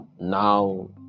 now